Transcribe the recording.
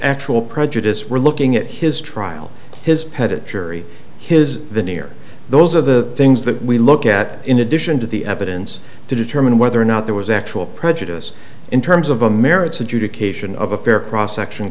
actual prejudice we're looking at his trial his pettitte jury his the new year those are the things that we look at in addition to the evidence to determine whether or not there was actual prejudice in terms of the merits adjudication of a fair cross action